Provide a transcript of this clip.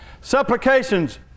Supplications